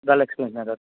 experience নাই তাত